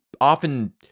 often